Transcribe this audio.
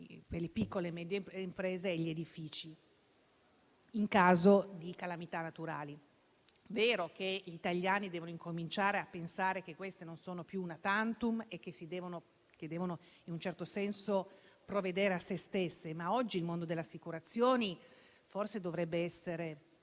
per le piccole e medie imprese e gli edifici in caso di calamità naturali. È vero che gli italiani devono cominciare a pensare che questi eventi non sono più *una tantum* e che devono in un certo senso provvedere a se stesse. Oggi però il mondo delle assicurazioni dovrebbe essere